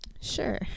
Sure